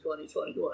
2021